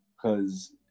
Cause